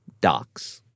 docs